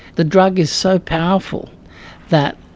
the drug is so powerful that,